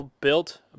built